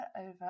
over